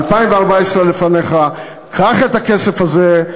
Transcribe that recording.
2014 לפניך: קח את הכסף הזה,